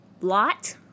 lot